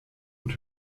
und